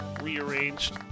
rearranged